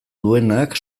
duenak